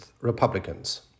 Republicans